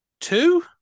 two